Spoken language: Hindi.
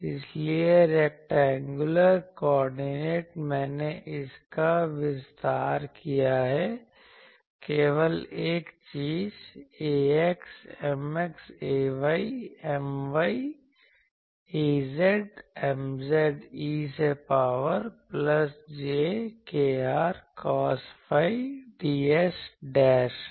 इसलिए रैक्टेंगुलर कोऑर्डिनेट मैंने इसका विस्तार किया है केवल एक चीज ax Mx ay My az Mz e से power plus j kr cos phi ds है